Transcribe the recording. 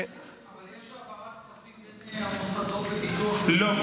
אבל יש העברת כספים בין המוסדות לביטוח לאומי, לא.